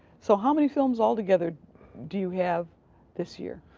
so how many films altogether do you have this year?